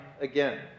again